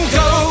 go